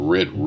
Red